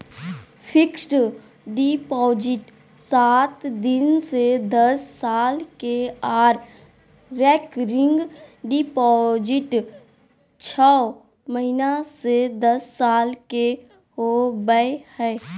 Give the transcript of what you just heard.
fixed deposit सात दिन से दस साल के आर रेकरिंग डिपॉजिट छौ महीना से दस साल के होबय हय